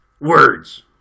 words